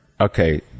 Okay